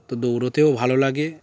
দৌড়োতেও ভালো লাগে